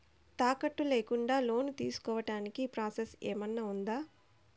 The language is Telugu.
తాకట్టు లేకుండా లోను తీసుకోడానికి ప్రాసెస్ ఏమన్నా ఉందా?